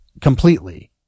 completely